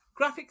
graphics